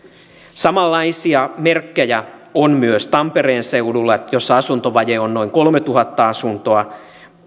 samanlaisia merkkejä on myös tampereen seudulla missä asuntovaje on noin kolmetuhatta asuntoa